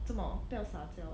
做么不要撒娇